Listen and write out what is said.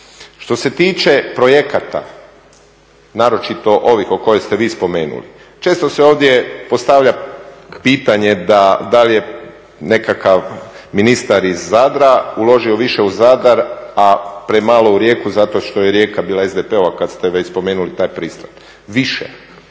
Što se tiče projekata, naročito ovih koje ste vi spomenuli, često se ovdje postavlja pitanje da li je nekakav ministar iz Zadra uložio više u Zadar a premalo u Rijeku zato što je Rijeka bila SDP-ova kada ste već spomenuli taj pristan. Više